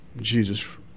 Jesus